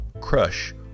crush